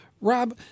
Rob